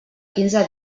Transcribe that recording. quinze